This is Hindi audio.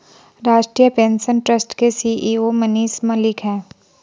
राष्ट्रीय पेंशन ट्रस्ट के सी.ई.ओ मनीष मलिक है